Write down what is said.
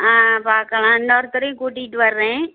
ஆ ஆ பார்க்கலாம் இன்னொருத்தரையும் கூட்டிட்டு வர்றேன்